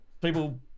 people